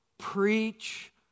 preach